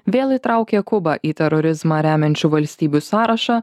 vėl įtraukė kubą į terorizmą remiančių valstybių sąrašą